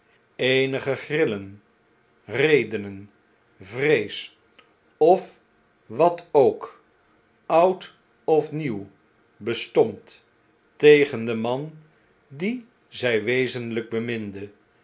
eenige grillen redenen vrees of wat ook oud of nieuw bestond tegen den man dien zij wezenlijk